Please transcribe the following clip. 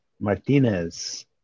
Martinez